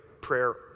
prayer